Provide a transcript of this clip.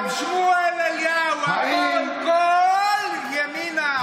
הרב שמואל אליהו: הקול קול ימינה,